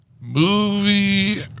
Movie